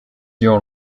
your